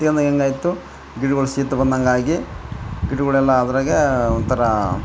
ಹತ್ಕೊಂಡು ಹೆಂಗ ಆಯ್ತು ಗಿಡಗಳು ಶೀತ ಬಂದಂಗೆ ಆಗಿ ಗಿಡ್ಗಳು ಎಲ್ಲ ಅದರಾಗೇ ಒಂಥರ